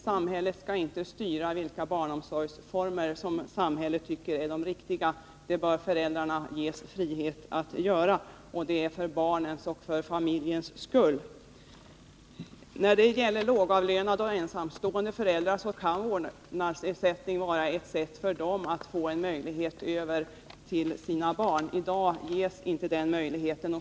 Samhället skall inte styra till barnomsorgsformer som samhället tycker är de riktiga. Föräldrarna bör ges frihet att välja, för barnens och för familjens skull. När det gäller lågavlönade och ensamstående föräldrar kan vårdnadsersättningen vara ett sätt att få en möjlighet över till sina barn. I dag ges inte den möjligheten.